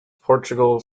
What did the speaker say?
portugal